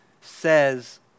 says